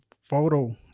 photo